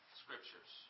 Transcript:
scriptures